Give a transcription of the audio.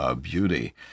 Beauty